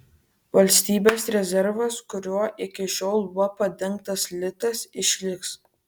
valstybės rezervas kuriuo iki šiol buvo padengtas litas išliks